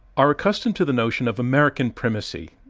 are accustomed to the notion of american primacy.